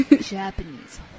Japanese